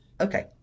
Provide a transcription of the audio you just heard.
Okay